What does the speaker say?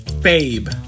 Babe